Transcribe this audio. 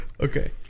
Okay